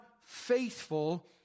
faithful